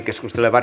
asia